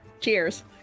Cheers